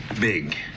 big